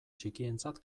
txikientzat